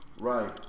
Right